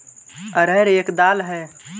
अरहर एक दाल है